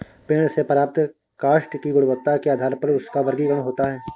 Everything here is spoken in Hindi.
पेड़ से प्राप्त काष्ठ की गुणवत्ता के आधार पर उसका वर्गीकरण होता है